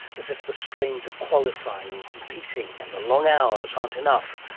as if the strains of qualifying and competing and the long hours aren't enough,